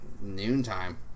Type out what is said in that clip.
noontime